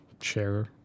share